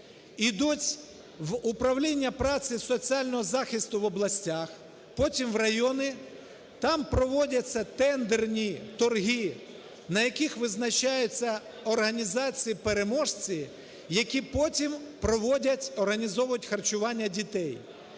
ідуть в управління праці соціального захисту в областях, потім в райони. Там проводяться тендерні торги, на яких визначаються організації-переможці, які потім проводять, організовують харчування дітей.